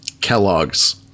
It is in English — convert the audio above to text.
Kellogg's